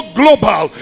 global